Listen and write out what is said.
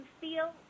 feel